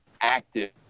active